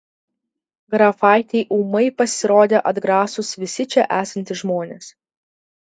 grafaitei ūmai pasirodė atgrasūs visi čia esantys žmonės